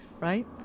right